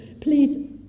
Please